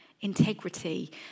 Integrity